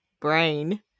brain